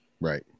right